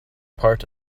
part